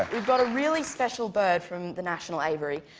we've got a really special bird from the national aviary.